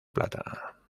plata